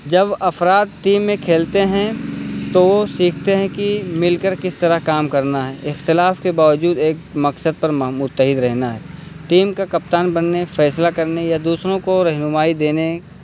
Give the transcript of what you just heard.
جب افراد ٹیم میں کھیلتے ہیں تو وہ سیکھتے ہیں کہ مل کر کس طرح کام کرنا ہے اختلاف کے باوجود ایک مقصد پر م متحد رہنا ہے ٹیم کا کپتان بننے فیصلہ کرنے یا دوسروں کو رہنمائی دینے